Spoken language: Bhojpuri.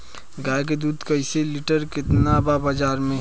गाय के दूध कइसे लीटर कीमत बा बाज़ार मे?